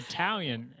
Italian